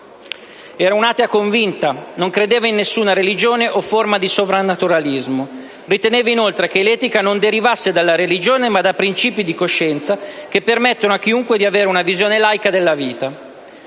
Era atea convinta, non credeva in nessuna religione o forma di soprannaturalismo. Riteneva inoltre che l'etica non derivasse dalla religione, ma da «principi di coscienza» che permettono a chiunque di avere una visione laica della vita.